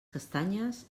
castanyes